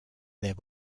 there